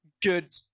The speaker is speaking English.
good